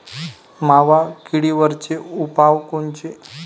मावा किडीवरचे उपाव कोनचे?